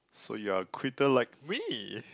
so you're a quitter like me